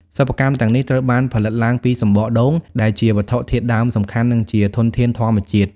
សិប្បកម្មទាំងនេះត្រូវបានផលិតឡើងពី សំបកដូង ដែលជាវត្ថុធាតុដើមសំខាន់ និងជាធនធានធម្មជាតិ។